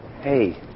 Hey